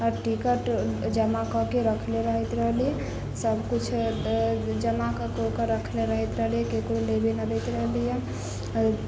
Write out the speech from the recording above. ticket जमा कऽ के रखले रहैत रहली सबकिछु जमा कऽ के ओकरा रखले रहैत रहलियै केकरो लेबे ना दैत रहली हँ आओर